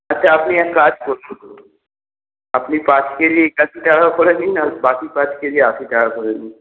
আচ্ছা আপনি এক কাজ করুন আপনি পাঁচ কেজি একাশি টাকা করে দিন আর বাকি পাঁচ কেজি আশি টাকা করে দিন